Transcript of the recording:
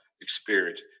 experience